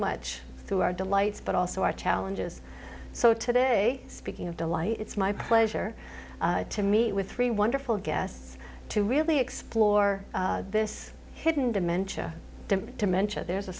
much through our delights but also our challenges so today speaking of delight it's my pleasure to meet with three wonderful guests to really explore this hidden dementia